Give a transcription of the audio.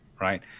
Right